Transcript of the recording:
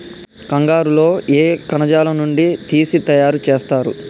కంగారు లో ఏ కణజాలం నుండి తీసి తయారు చేస్తారు?